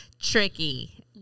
tricky